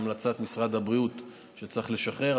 המלצת משרד הבריאות היא שצריך לשחרר,